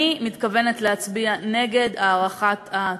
אני מתכוונת להצביע נגד הארכת התוקף.